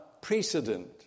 precedent